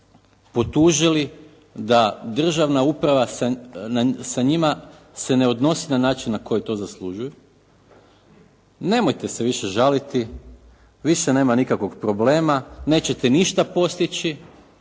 potužili da državna uprava sa njima se ne odnosi na način na koji to zaslužuju. Nemojte se više žaliti, više nema nikakvog problema, nećete ništa postići.